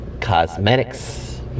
cosmetics